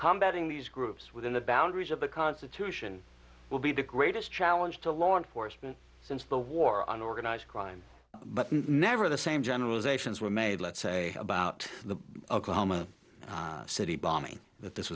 combat in these groups within the boundaries of the constitution will be to greatest challenge to law enforcement since the war on organized crime but never the same generalizations were made let's say about the oklahoma city bombing that this